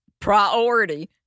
priority